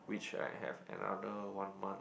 which I have another one month